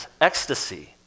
ecstasy